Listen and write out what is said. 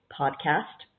podcast